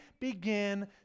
begin